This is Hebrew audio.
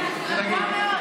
תשבי, תירגעי.